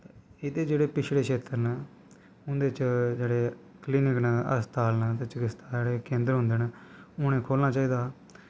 एह्दे च जेह्ड़े पिछड़े शेत्तर न उंदे च जेह्ड़े कलिनिक न हस्पताल चकितसा जेह्ड़े केन्द्र होंदे न उनेंगी खोलना चाही दा